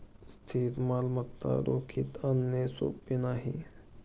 स्थिर मालमत्ता रोखीत आणणे सोपे नाही